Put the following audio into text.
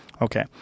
Okay